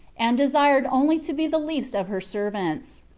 and desired only to be the least of her servants.